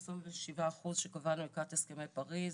את 27 האחוזים שקבענו לקראת הסכמי פריז,